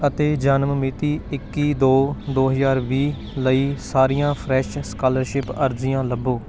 ਅਤੇ ਜਨਮ ਮਿਤੀ ਇੱਕੀ ਦੋ ਦੋ ਹਜ਼ਾਰ ਵੀਹ ਲਈ ਸਾਰੀਆਂ ਫਰੈੱਸ਼ ਸਕਾਲਰਸ਼ਿਪ ਅਰਜ਼ੀਆਂ ਲੱਭੋ